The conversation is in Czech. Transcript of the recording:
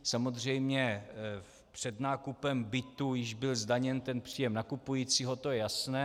Samozřejmě před nákupem bytu již byl zdaněn příjem nakupujícího, to je jasné.